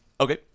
Okay